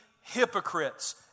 hypocrites